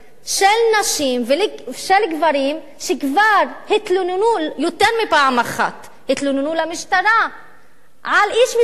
של נשים וגברים שכבר התלוננו יותר מפעם אחת במשטרה על איש מסוים,